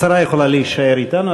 השרה יכולה להישאר אתנו.